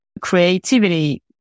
creativity